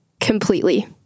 completely